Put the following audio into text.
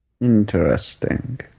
Interesting